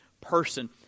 person